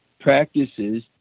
practices